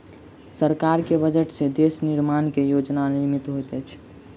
सरकार के बजट से देश निर्माण के योजना निर्मित होइत अछि